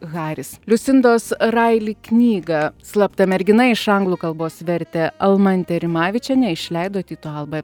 haris liusindos raili knyga slapta mergina iš anglų kalbos vertė almantė rimavičienė išleido tyto alba